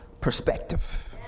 perspective